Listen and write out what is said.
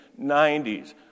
90s